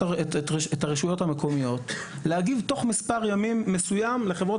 הרשויות המקומיות להגיב תוך מספר ימים מסוים לחברות